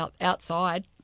outside